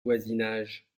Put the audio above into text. voisinage